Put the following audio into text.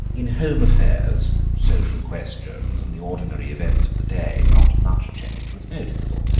in home affairs, social questions, and the ordinary events of the day not much change was noticeable.